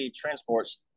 transports